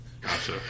Gotcha